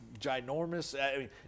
ginormous